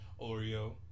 Oreo